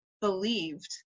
believed